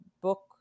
book